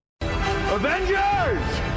Avengers